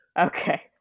Okay